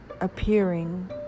appearing